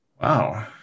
Wow